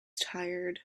tired